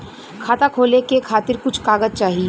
खाता खोले के खातिर कुछ कागज चाही?